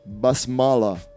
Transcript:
Basmala